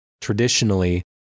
traditionally